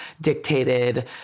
dictated